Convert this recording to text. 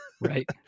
Right